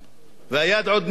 והיד עוד נטויה.